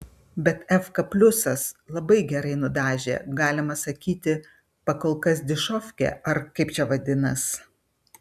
bet efka pliusas labai gerai nudažė galima sakyti pakolkas dišovkė ar kaip čia vadinasi